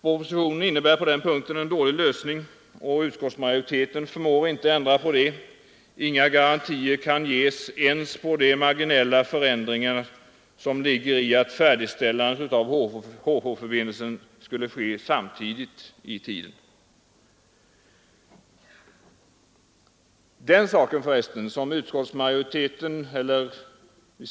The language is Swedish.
Propositionen innebär på denna punkt en dålig lösning, och utskottsmajoriteten förmår inte ändra på det — inga garantier kan ges ens för de marginella förändringar som skulle kunna åstadkommas genom att färdigställandet av HH-förbindelsen skulle ske samtidigt med färdigställandet av KM-förbindelsen.